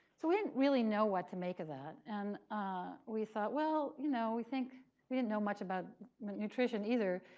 so we didn't really know what to make of that. and we thought, well, you know we think we didn't know much about nutrition either.